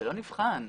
לא נבחן.